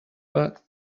but